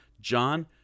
John